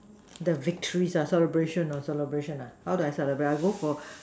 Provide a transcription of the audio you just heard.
the victories celebration celebration how do I celebrate I go for